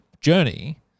journey